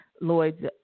Lloyds